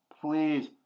please